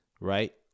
Right